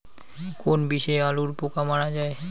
কোন বিষে আলুর পোকা মারা যায়?